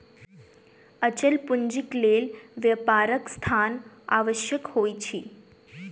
अचल पूंजीक लेल व्यापारक स्थान आवश्यक होइत अछि